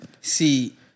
See